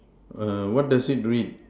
err what does it read